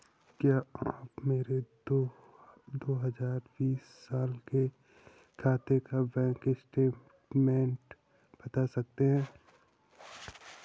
क्या आप मेरे दो हजार बीस साल के खाते का बैंक स्टेटमेंट बता सकते हैं?